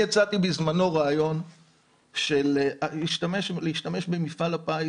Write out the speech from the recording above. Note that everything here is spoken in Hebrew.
הצעתי בזמנו רעיון להשתמש במפעל הפיס